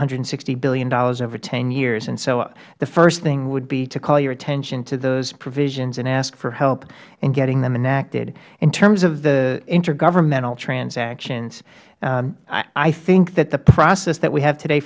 hundred and sixty dollars billion over ten years so the first thing would be to call your attention to those provisions and ask for help in getting them enacted in terms of the intragovernmental transactions i think that the process that we have today